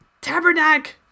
Tabernacle